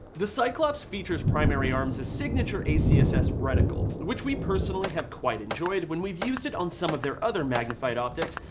the cyclops features primary arms, is a signature acss reticle, which we personally have quite enjoyed when we've used it on some of their other magnified optics,